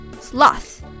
Sloth